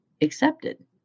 accepted